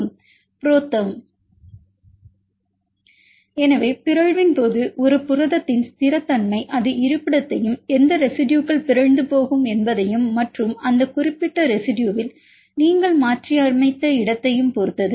மாணவன் ப்ரொதேர்ம் எனவே பிறழ்வின் போது ஒரு புரதத்தின் ஸ்திரத்தன்மை அது இருப்பிடத்தையும் எந்த ரெஸிட்யுகள் பிறழ்ந்து போகும் என்பதையும் மற்றும் அந்த குறிப்பிட்ட ரெஸிட்யுவில் நீங்கள் மாற்றியமைத்த இடத்தையும் பொறுத்தது